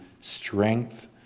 strength